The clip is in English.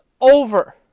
over